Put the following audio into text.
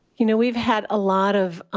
you know, we've had a lot of